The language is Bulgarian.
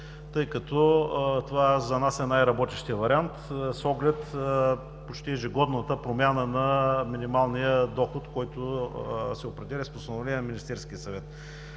тъй като това за нас е най-работещият вариант с оглед почти ежегодната промяна на минималния доход, който се определя с постановление на Министерския съвет.